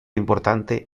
importante